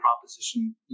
proposition